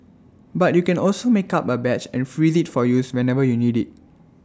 but you can also make up A batch and freeze IT for use whenever you need IT